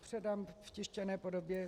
Předám v tištěné podobě.